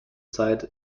zeit